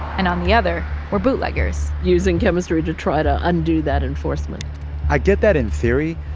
and on the other were bootleggers using chemistry to try to undo that enforcement i get that in theory.